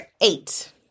eight